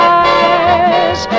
eyes